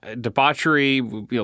debauchery